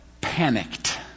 panicked